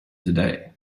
today